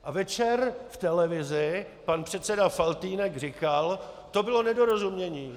A večer v televizi pan předseda Faltýnek říkal: To bylo nedorozumění.